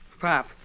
Pop